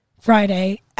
Friday